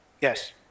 Yes